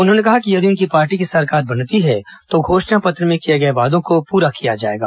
उन्होंने कहा कि यदि उनकी पार्टी की सरकार बनती है तो घोषणा पत्र में किए गए वादों को पूरा किया जाएगा